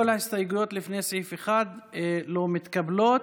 כל ההסתייגויות לפני סעיף 1 לא מתקבלות.